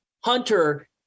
Hunter